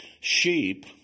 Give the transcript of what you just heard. Sheep